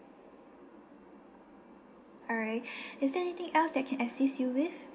alright is there anything else that I can assist you with